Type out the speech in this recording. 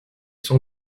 son